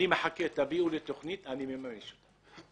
אני מחכה, תביאו לי תוכנית ואני מממש אותה.